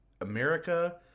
America